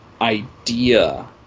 idea